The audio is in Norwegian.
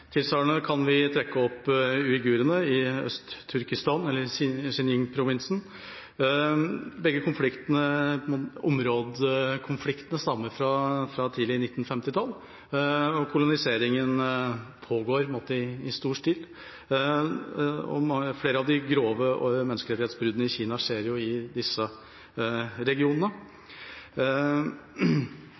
Tilsvarende kan vi nevne uighurene i Øst-Turkestan eller Xinjiang-provinsen. Begge områdekonfliktene stammer fra tidlig 1950-tall, og koloniseringen pågår i stor stil. Flere av de grove menneskerettighetsbruddene i Kina skjer i disse regionene.